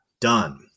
done